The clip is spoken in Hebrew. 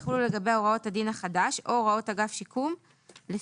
יחולו לגביה הוראות הדין החדש או הוראות אגף שיקום נכים,